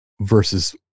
versus